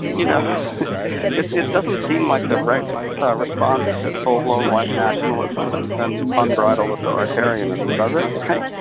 you know it it doesn't seem like the right response to full blown white nationalism and and unbridled authoritarianism, does it? right?